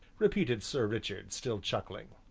repeated sir richard, still chuckling.